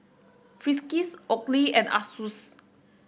Friskies Oakley and Asus